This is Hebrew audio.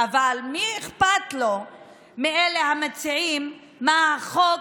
אבל מי מבין המציעים אכפת לו מה החוק,